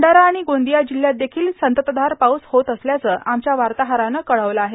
भंडारा आणि गोंदिया जिल्ह्यात देखील संततधार पाऊस होत असल्याचं आमच्या वार्ताहरानं कळवलं आहे